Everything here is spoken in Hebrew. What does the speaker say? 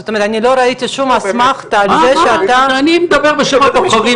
זאת אומרת אני לא ראיתי שום אסמכתא לזה שאתה --- אני מדבר בשם הבוחרים